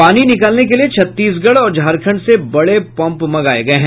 पानी निकालने के लिये छत्तीसगढ़ और झारखण्ड से बड़े पम्प मंगाये गये हैं